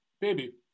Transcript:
baby